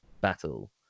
battle